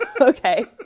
Okay